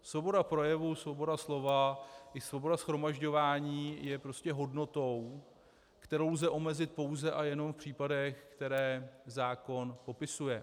Svoboda projevu, svoboda slova i svoboda shromažďování je prostě hodnotou, kterou lze omezit pouze a jenom v případech, které zákon popisuje.